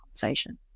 conversation